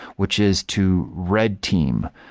which is to read team,